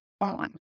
on